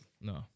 No